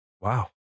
Wow